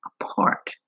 apart